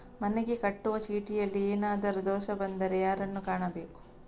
ಮನೆಗೆ ಕಟ್ಟುವ ಚೀಟಿಯಲ್ಲಿ ಏನಾದ್ರು ದೋಷ ಕಂಡು ಬಂದರೆ ಯಾರನ್ನು ಕಾಣಬೇಕು?